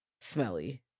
smelly